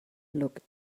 looked